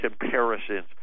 comparisons